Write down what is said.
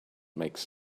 makes